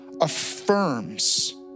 affirms